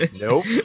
Nope